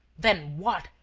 then what?